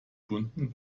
stunden